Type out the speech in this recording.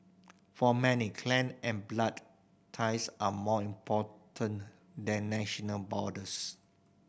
for many clan and blood ties are more important than national borders